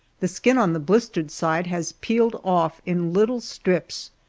the skin on the blistered side has peeled off in little strips,